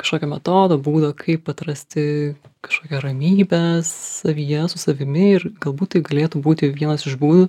kažkokio metodo būdo kaip atrasti kažkokią ramybę savyje su savimi ir galbūt tai galėtų būti vienas iš būdų